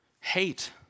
hate